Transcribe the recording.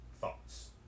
thoughts